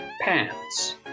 pants